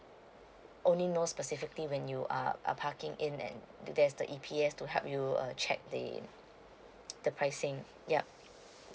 only know specifically when you are parking in and there's the E_P_S to help you err check the pricing yup